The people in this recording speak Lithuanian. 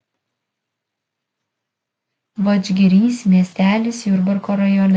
vadžgirys miestelis jurbarko rajone